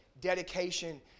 dedication